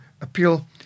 appeal